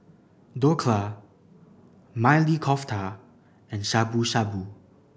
Dhokla Maili Kofta and Shabu Shabu